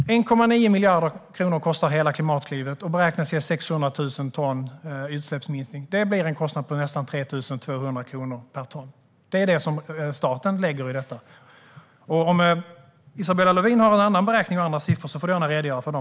Hela Klimatklivet kostar 1,9 miljarder kronor. Det beräknas ge 600 000 ton i utsläppsminskningar. Det blir en kostnad på nästan 3 200 kronor per ton. Det är vad staten lägger i detta. Om Isabella Lövin har en annan beräkning och andra siffror får hon gärna redogöra för dem.